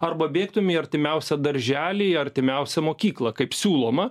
arba bėgtume į artimiausią darželį į artimiausią mokyklą kaip siūloma